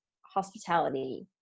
hospitality